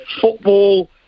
football